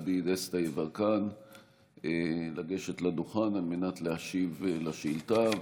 גדי דסטה יברקן לגשת לדוכן להשיב על השאילתה,